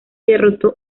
derrotó